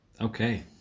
Okay